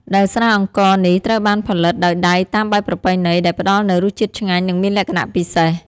ដែលស្រាអង្ករនេះត្រូវបានផលិតដោយដៃតាមបែបប្រពៃណី ដែលផ្តល់នូវរសជាតិឆ្ងាញ់ និងមានលក្ខណៈពិសេស។